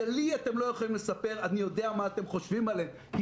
שלי אתם לא יכולים לספר אני יודע מה אתם חושבים עליהם כי